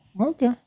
okay